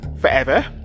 forever